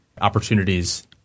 opportunities